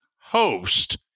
host